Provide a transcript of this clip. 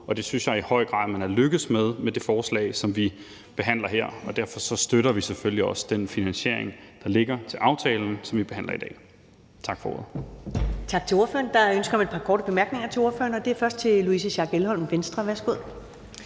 og det synes jeg i høj grad man er lykkedes med med det forslag, som vi behandler her. Derfor støtter vi selvfølgelig også den finansiering, der ligger i aftalen, som vi behandler i dag. Tak for ordet.